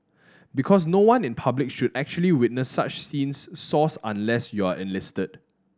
because no one in public should actually witness such scenes Source Unless you're enlisted